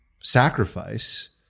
sacrifice